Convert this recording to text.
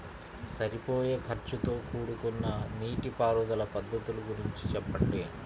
సరిపోయే ఖర్చుతో కూడుకున్న నీటిపారుదల పద్ధతుల గురించి చెప్పండి?